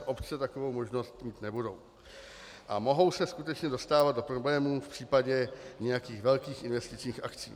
Obce takovou možnost mít nebudou a mohou se skutečně dostávat do problémů v případě nějakých velkých investičních akcí.